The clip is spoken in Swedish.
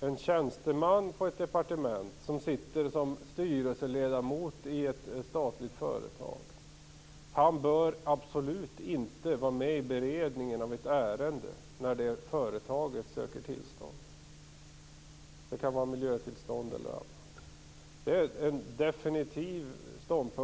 en tjänsteman på ett departement som sitter som styrelseledamot i ett statligt företag absolut inte bör vara med i beredningen av ett ärende där det företaget söker tillstånd. Det kan vara miljötillstånd eller annat. Det är en definitiv ståndpunkt.